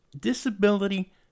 Disability